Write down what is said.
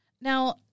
Now